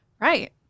Right